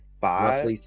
Five